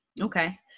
okay